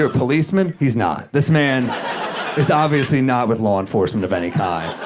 ah policeman? he's not. this man is obviously not with law enforcement of any kind.